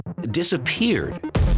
disappeared